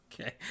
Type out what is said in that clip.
Okay